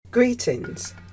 Greetings